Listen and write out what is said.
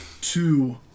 two